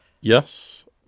Yes